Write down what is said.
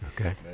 Okay